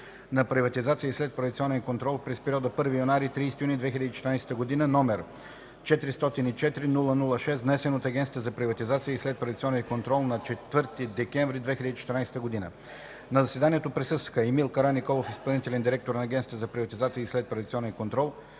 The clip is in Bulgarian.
на приватизация и следприватизационен контрол през периода 1 януари – 30 юни 2014 г., № 404-00-6, внесен от Агенцията за приватизация и следприватизационен контрол на 4 декември 2014 г. На заседанието присъстваха: Емил Караниколов – изпълнителен директор на Агенцията за приватизация и следприватизационен контрол,